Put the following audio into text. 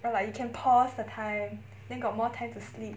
or like you can pause the time then got more time to sleep